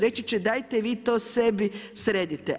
Reći će dajte vi to sebi sredite.